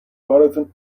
کارتون